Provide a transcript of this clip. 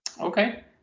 Okay